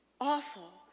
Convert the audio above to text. Awful